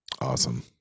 awesome